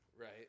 Right